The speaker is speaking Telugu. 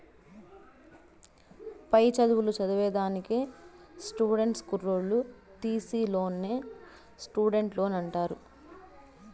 పై చదువులు చదివేదానికి స్టూడెంట్ కుర్రోల్లు తీసీ లోన్నే స్టూడెంట్ లోన్ అంటారు